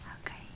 Okay